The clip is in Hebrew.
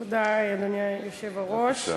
אדוני היושב-ראש, תודה,